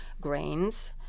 grains